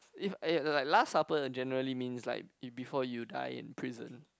if !aiya! like like last supper in generally means like eat before you die in prison